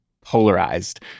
polarized